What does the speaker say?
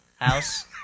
house